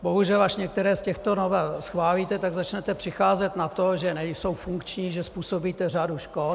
Bohužel až některé z těchto novel schválíte, tak začnete přicházet na to, že nejsou funkční, že způsobíte řadu škod.